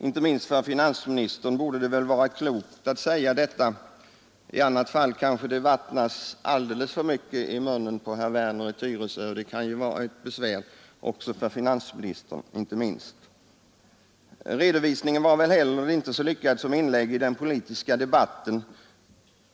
Inte minst för finansministern borde det vara klokt att säga detta. I annat fall kanske det vattnas alltför mycket i munnen på herr Werner i Tyresö, och det kan vara till besvär inte minst för finansministern. Redovisningen var heller inte skilt lyckad såsom inlägg i den politiska debatten.